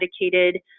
dedicated